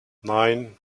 nein